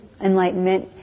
enlightenment